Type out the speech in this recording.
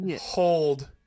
hold